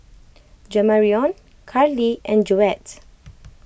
Jamarion Karlee and Joette